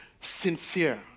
sincere